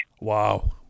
Wow